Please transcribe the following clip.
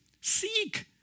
Seek